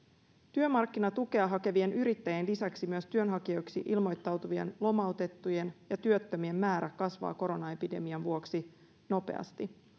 työmarkkinatukea hakevien yrittäjien lisäksi myös työnhakijoiksi ilmoittautuvien lomautettujen ja työttömien määrä kasvaa koronaepidemian vuoksi nopeasti